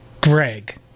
Greg